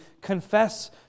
confess